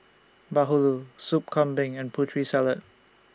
Bahulu Soup Kambing and Putri Salad